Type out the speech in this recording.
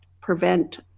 prevent